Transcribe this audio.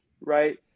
right